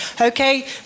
Okay